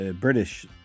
British